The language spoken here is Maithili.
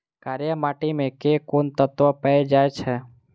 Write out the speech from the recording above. कार्य माटि मे केँ कुन तत्व पैल जाय छै?